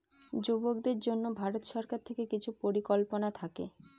যুবকদের জন্য ভারত সরকার থেকে কিছু পরিকল্পনা থাকে